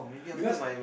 because